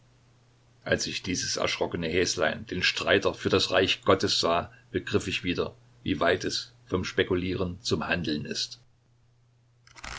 als ich dieses erschrockene häslein den streiter für das reich gottes sah begriff ich wieder wie weit es vom spekulieren zum handeln ist